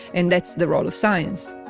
and that's the role of science